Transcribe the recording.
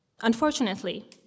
Unfortunately